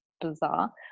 bizarre